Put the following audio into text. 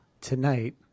tonight